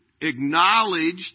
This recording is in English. acknowledged